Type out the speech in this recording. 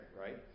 right